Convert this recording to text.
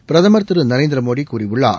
பிரதமர் திரு நரேந்திர மோடி கூறியுள்ளார்